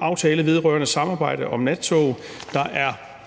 aftale vedrørende samarbejde om nattog, der er